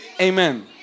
Amen